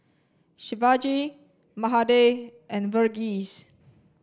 Shivaji Mahade and Verghese